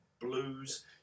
blues